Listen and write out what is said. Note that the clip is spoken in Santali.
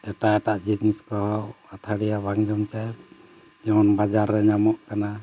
ᱮᱴᱟᱜ ᱮᱴᱟᱜ ᱡᱤᱱᱤᱥ ᱠᱚᱦᱚᱸ ᱟᱹᱛᱷᱟᱣᱹᱲᱤᱭᱟᱹ ᱵᱟᱝ ᱡᱚᱢ ᱪᱟᱦᱮ ᱡᱮᱢᱚᱱ ᱵᱟᱡᱟᱨ ᱨᱮ ᱧᱟᱢᱚᱜ ᱠᱟᱱᱟ